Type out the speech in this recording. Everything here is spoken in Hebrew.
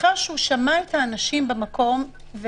לאחר ששמע את האנשים והבין